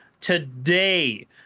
today